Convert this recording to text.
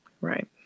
Right